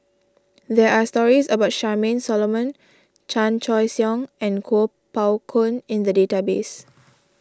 there are stories about Charmaine Solomon Chan Choy Siong and Kuo Pao Kun in the database